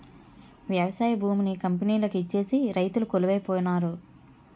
వ్యవసాయ భూమిని కంపెనీలకు ఇచ్చేసి రైతులు కొలువై పోనారు